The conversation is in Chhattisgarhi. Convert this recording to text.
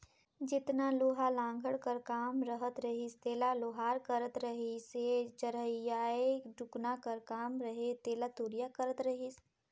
जेतना लोहा लाघड़ कर काम रहत रहिस तेला लोहार करत रहिसए चरहियाए टुकना कर काम रहें तेला तुरिया करत रहिस